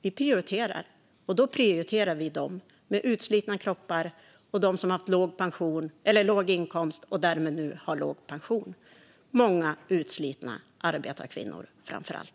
Vi prioriterar, och då prioriterar vi dem med utslitna kroppar och dem som har haft låg inkomst och därmed har låg pension - många utslitna arbetarkvinnor framför allt.